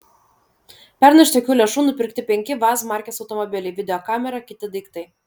pernai iš tokių lėšų nupirkti penki vaz markės automobiliai videokamera kiti daiktai